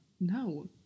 No